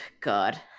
God